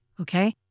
okay